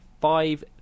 five